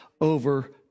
over